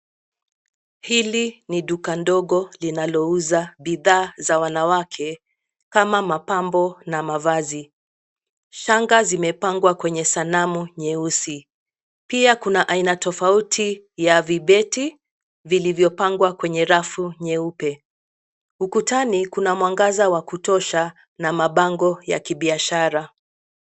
Hili ni duka dogo linalouza bidhaa za wanawake kama mapambo na mavazi. Shanga zimepangwa kwenye sanamu nyeusi. Pia kuna aina tofauti ya vibeti vilivyopangwa kwenye rafu nyeupe. Ukutani kuna mwangaza wa kutosha na mabango ya kibiashara.